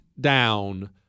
down